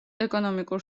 ეკონომიკურ